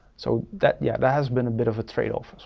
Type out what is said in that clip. so that, yeah, that has been a bit of a trade off, as